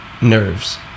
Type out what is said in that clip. nerves